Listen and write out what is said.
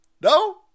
No